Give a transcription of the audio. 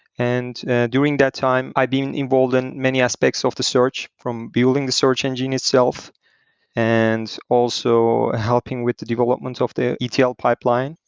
and during that time i've been involved in many aspects of the search, from building the search engine itself and also helping with the development so of the etl pipeline.